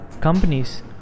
companies